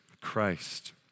Christ